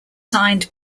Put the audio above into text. signed